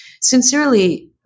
sincerely